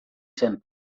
zen